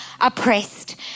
oppressed